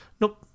nope